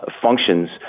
functions